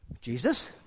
Jesus